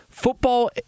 football